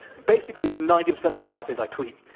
basically, ninety percent of my life is i tweet.